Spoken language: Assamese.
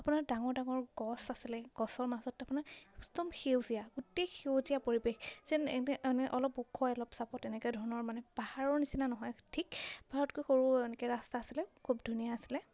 আপোনাৰ ডাঙৰ ডাঙৰ গছ আছিলে গছৰ মাজত আপোনাৰ একদম সেউজীয়া গোটেই সেউজীয়া পৰিৱেশ যেন এনে অলপ ওখ হয় অলপ চাপৰ এনেকৈ ধৰণৰ মানে পাহাৰৰ নিচিনা নহয় ঠিক পাহাৰতকৈ সৰু এনেকৈ ৰাস্তা আছিলে খুব ধুনীয়া আছিলে